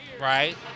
Right